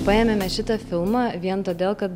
paėmėme šitą filmą vien todėl kad